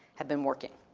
have been working.